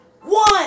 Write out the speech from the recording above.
One